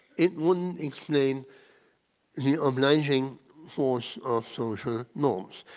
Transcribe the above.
it wouldn't explain the obliging force of social norms.